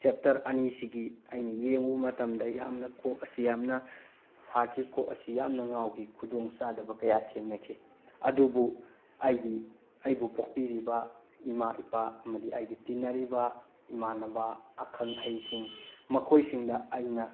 chapter ꯑꯅꯤꯁꯤꯒꯤ ꯑꯩꯅ ꯌꯦꯡꯉꯨꯕ ꯃꯇꯝꯗ ꯌꯥꯝꯅ ꯀꯣꯛ ꯑꯁꯤ ꯌꯥꯝꯅ ꯁꯥꯈꯤ ꯀꯣꯛ ꯑꯁꯤ ꯌꯥꯝꯅ ꯉꯥꯎꯈꯤ ꯈꯨꯗꯣꯡꯆꯥꯗꯕ ꯀꯌꯥ ꯊꯦꯡꯅꯈꯤ ꯑꯗꯨꯕꯨ ꯑꯩꯒꯤ ꯑꯩꯕꯨ ꯄꯣꯛꯄꯤꯔꯤꯕ ꯏꯃꯥ ꯏꯄꯥ ꯑꯃꯗꯤ ꯑꯩꯒ ꯇꯤꯟꯅꯔꯤꯕ ꯏꯃꯥꯟꯅꯕ ꯑꯈꯪ ꯑꯍꯩꯁꯤꯡ ꯃꯈꯣꯏꯁꯤꯡꯗ ꯑꯩꯅ